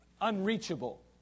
unreachable